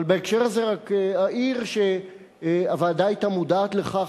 אבל בהקשר הזה רק אעיר שהוועדה היתה מודעת לכך